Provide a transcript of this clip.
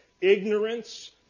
ignorance